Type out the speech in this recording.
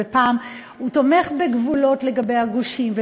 ופעם הוא תומך בגבולות לגבי הגושים,